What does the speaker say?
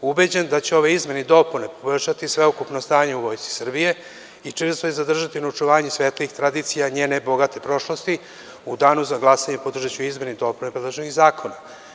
Ubeđen da će ove izmene i dopune poboljšati sveukupno stanje u Vojsci Srbije i očuvanje svetlih tradicija njene bogate prošlosti, u danu za glasanje podržaću izmene i dopune predloženih zakona.